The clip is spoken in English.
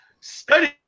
study